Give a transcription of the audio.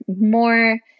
more